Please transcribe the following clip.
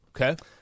Okay